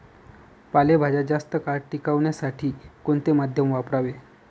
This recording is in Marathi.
पालेभाज्या जास्त काळ टिकवण्यासाठी कोणते माध्यम वापरावे?